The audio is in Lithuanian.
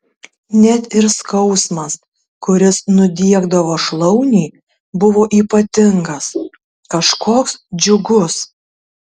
net ir skausmas kuris nudiegdavo šlaunį buvo ypatingas kažkoks džiugus